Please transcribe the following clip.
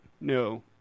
No